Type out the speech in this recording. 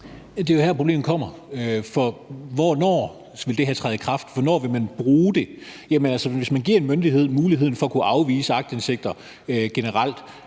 Det er jo her, problemet kommer, for hvornår vil det her træde i kraft? Hvornår vil man bruge det? Hvis man giver en myndighed muligheden for at kunne afvise aktindsigter generelt